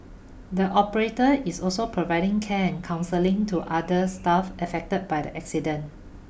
the operator is also providing can counselling to other staff affected by the accident